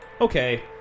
Okay